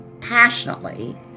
passionately